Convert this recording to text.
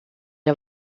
der